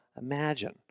Imagine